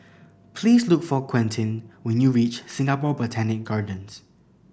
please look for Quentin when you reach Singapore Botanic Gardens